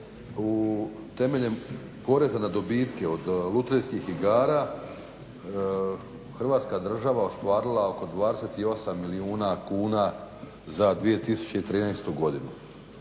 je temeljem poreza na dobitke od lutrijskih igara Hrvatska država ostvarila oko 28 milijuna kuna za 2013. godinu,